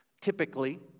typically